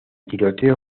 tiroteo